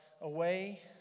away